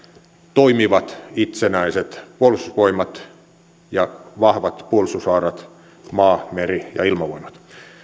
toimivat itsenäiset puolustusvoimat ja vahvat puolustushaarat maa meri ja ilmavoimat